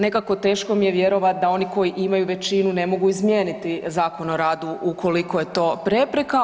Nekako teško mi je vjerovati da oni koji imaju većinu ne mogu izmijeniti Zakon o radu ukoliko je to prepreka.